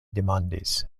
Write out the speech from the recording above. demandis